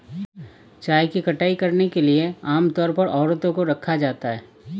चाय की कटाई करने के लिए आम तौर पर औरतों को रखा जाता है